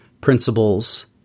principles